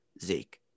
Zeke